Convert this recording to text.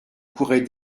courait